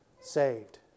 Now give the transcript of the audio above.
saved